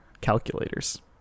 calculators